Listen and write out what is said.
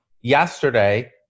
yesterday